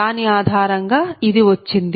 దాని ఆధారంగా ఇది వచ్చింది